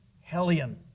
hellion